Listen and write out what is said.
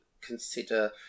consider